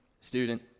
student